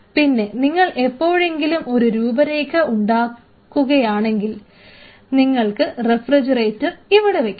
പിന്നെ നിങ്ങൾ എപ്പോഴെങ്കിലും ഒരു രൂപരേഖ ഉണ്ടാക്കുകയാണെങ്കിൽ നിങ്ങൾക്ക് റഫ്രിജറേറ്റർ ഇവിടെ വയ്ക്കാം